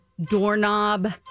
Doorknob